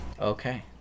Okay